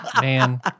Man